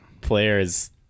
players